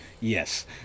Yes